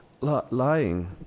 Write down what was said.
lying